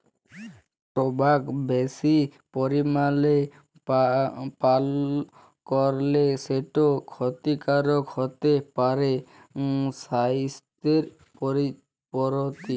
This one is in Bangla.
টবাক বেশি পরিমালে পাল করলে সেট খ্যতিকারক হ্যতে পারে স্বাইসথের পরতি